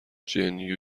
gen